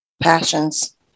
passions